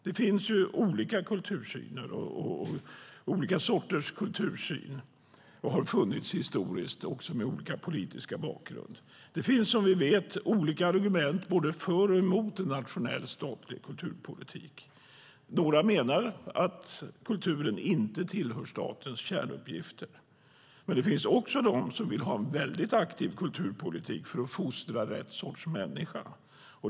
Det finns och har historiskt funnits olika sorters kultursyner med olika politisk bakgrund. Det finns som vi vet olika argument både för och emot en nationell, statlig kulturpolitik. Några menar att kulturen inte tillhör statens kärnuppgifter. Men det finns också de som vill ha en väldigt aktiv kulturpolitik för att fostra rätt sorts människa.